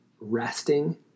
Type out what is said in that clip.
resting